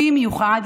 במיוחד